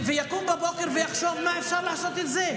יקום בבוקר ויחשוב מה אפשר לעשות עם זה.